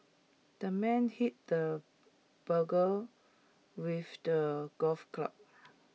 the man hit the burglar with the golf club